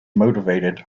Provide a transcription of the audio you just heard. motivated